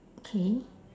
okay